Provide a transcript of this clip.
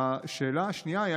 השאלה השנייה היא: